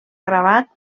gravat